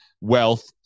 wealth